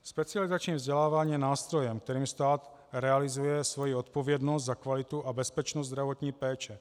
Specializační vzdělávání je nástrojem, kterým stát realizuje svoji odpovědnost za kvalitu a bezpečnost zdravotní péče.